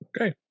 Okay